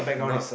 not